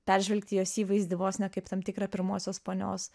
peržvelgti jos įvaizdį vos ne kaip tam tikrą pirmosios ponios